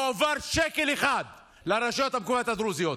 לא הועבר שקל אחד לרשויות המקומיות הדרוזיות.